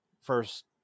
first